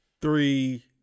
three